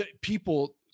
people